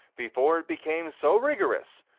before it became so rigorous,